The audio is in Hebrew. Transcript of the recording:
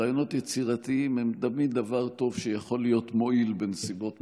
רעיונות יצירתיים הם תמיד דבר טוב שיכול להיות מועיל בנסיבות מסוימות.